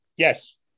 Yes